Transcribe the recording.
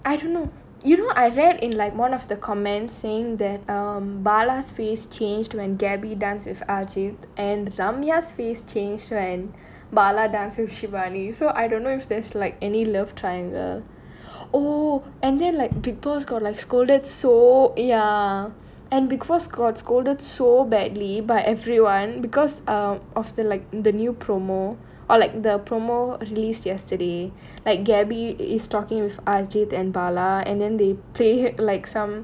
I don't know you know I read in like one of the comments saying that um bala's face changed when gabby dance if ajeedh and ramya face change when bala dance with shivani so I don't know if there's like any love triangle oh and then like bigg boss got like scolded so ya and because got scolded so badly by everyone because of the like the new promo or like the promo released yesterday like gabby is talking with ajeedh and bala and then they play like som